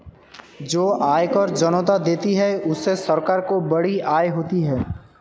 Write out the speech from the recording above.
जो आयकर जनता देती है उससे सरकार को बड़ी आय होती है